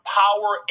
power